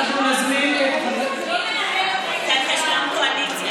אבל אין לי רשות דיבור?